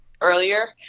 earlier